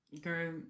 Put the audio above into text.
girl